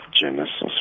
Genesis